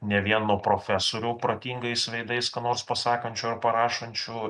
ne vien nuo profesorių protingais veidais ką nors pasakančių ar parašančių